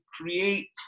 create